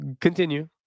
Continue